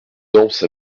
danse